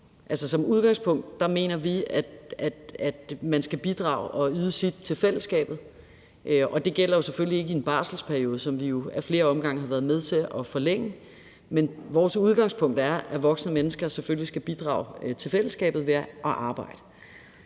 baghave. Vi mener, at man skal bidrage og yde sit til fællesskabet, og det gælder selvfølgelig ikke i en barselsperiode, som vi jo ad flere omgange har været med til at forlænge, men vores udgangspunkt er, at voksne mennesker selvfølgelig skal bidrage til fællesskabet ved at arbejde,